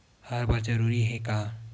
हर बार जरूरी हे का?